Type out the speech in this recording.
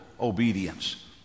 obedience